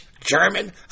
German